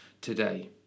today